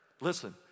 listen